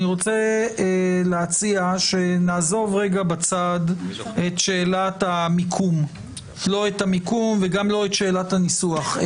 אני רוצה להציע שנעזוב בצד את שאלת המיקום וגם את שאלת הניסוח.